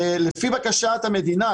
לפי בקשת המדינה,